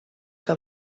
que